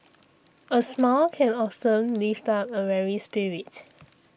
a smile can often lift up a weary spirit